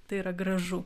tai yra gražu